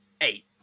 eight